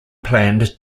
planned